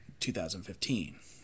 2015